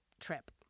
trip